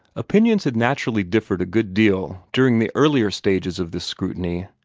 opinions had naturally differed a good deal during the earlier stages of this scrutiny,